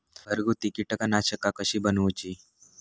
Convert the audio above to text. घरगुती कीटकनाशका कशी बनवूची?